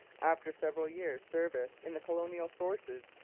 after several years' service in the colonial forces,